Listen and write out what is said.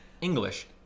English